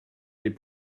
les